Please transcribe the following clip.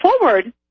forward